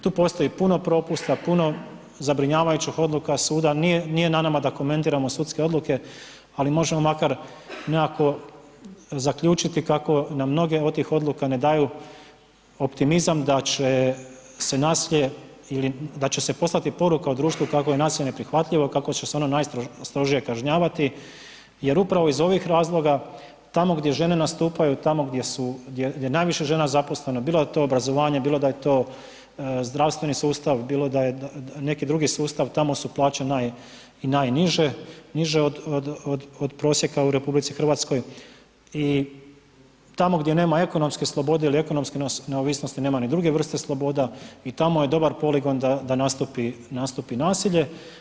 Tu postoji puno propusta puno zabrinjavajućih odluka suda, nije na nama da komentiramo sudske odluke, ali možemo makar nekako zaključiti kako nam mnoge od tih odluka ne daju optimizam da će se nasilje ili da će se poslati poruka u društvu kako je nasilje neprihvatljivo, kako će se ono najstrožije kažnjavati jer upravo iz ovih razloga tamo gdje žene nastupaju, tamo gdje su, gdje je najviše žena zaposleno, bilo da je to obrazovanje, bilo da je to zdravstveni sustav, bilo da je neki drugi sustav, tamo su plaće i najniže, niže od prosjeka u RH i tamo gdje nema ekonomske slobode ili ekonomske neovisnosti nema ni druge vrsta sloboda i tamo je dobar poligon da nastupi nasilje.